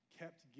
kept